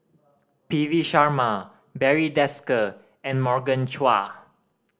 P V Sharma Barry Desker and Morgan Chua